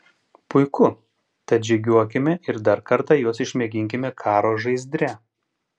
puiku tad žygiuokime ir dar kartą juos išmėginkime karo žaizdre